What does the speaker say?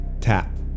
tap